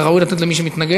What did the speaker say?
מן הראוי לתת למי שמתנגד.